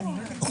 מה זאת אומרת?